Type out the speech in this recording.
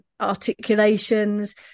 articulations